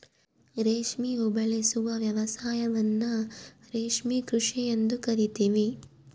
ರೇಷ್ಮೆ ಉಬೆಳೆಸುವ ವ್ಯವಸಾಯವನ್ನ ರೇಷ್ಮೆ ಕೃಷಿ ಎಂದು ಕರಿತೀವಿ